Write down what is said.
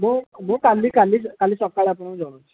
ମୁଁ ମୁଁ କାଲି କାଲି କାଲି ସକାଳେ ଆପଣଙ୍କୁ ଜଣାଉଛି